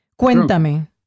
Cuéntame